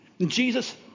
Jesus